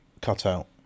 cutout